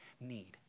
need